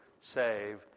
save